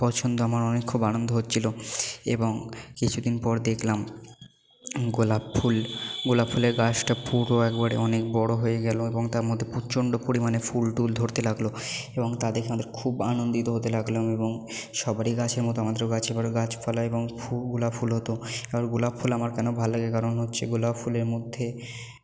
পছন্দ আমার অনেক খুব আনন্দ হচ্ছিলো এবং কিছুদিন পর দেখলাম গোলাপ ফুল গোলাপ ফুলের গাছটা পুরো একবারে অনেক বড়ো হয়ে গেল এবং তার মধ্যে প্রচণ্ড পরিমাণে ফুল টুল ধরতে লাগলো এবং তা দেখে আমাদের খুব আনন্দিত হতে লাগলাম এবং সবারই গাছের মতো আমাদেরও গাছ গাছপালা এবং ফুল ফুল হতো এবার গোলাপ ফুল আমার কেন ভালো লাগে কারণ হচ্ছে গোলাপ ফুলের মধ্যে